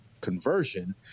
conversion